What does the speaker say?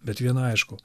bet viena aišku